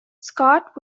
scott